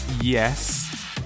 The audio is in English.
Yes